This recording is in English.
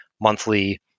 monthly